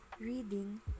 reading